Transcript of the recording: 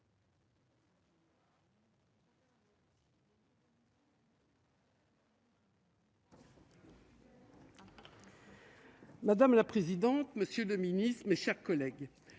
Madame la présidente, monsieur le Ministre, mes chers collègues,